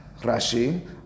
Rashi